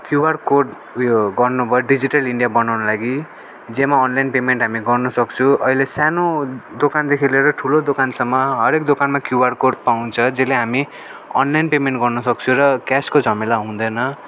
Q R code उयो गर्नुभयो digital India बनाउनुको लागि जसमा अनलाइन पेमेन्ट हामी गर्नु सक्छु अहिले सानो दोकानदेखि लिएर ठुलो दोकानसम्म हरेक दोकानमा क्यु आर कोड पाउँछ जसले हामी अनलाइन पेमेन्ट गर्न सक्छु र क्यासको झमेला हुँदैन